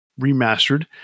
remastered